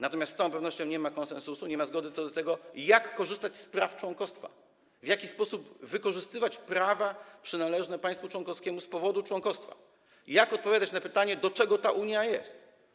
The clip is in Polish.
Natomiast z całą pewnością nie ma konsensusu, nie ma zgody co do tego, jak korzystać z praw członkostwa, w jaki sposób wykorzystywać prawa przynależne państwu członkowskiemu z powodu członkostwa, jak odpowiadać na pytanie, do czego ta Unia jest.